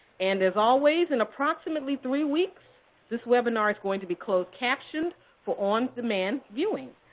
and as always, in approximately three weeks this webinar is going to be closed captioned for on-demand viewing.